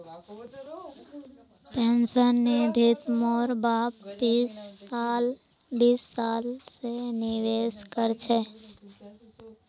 pension निधित मोर बाप बीस साल स निवेश कर छ